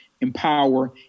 empower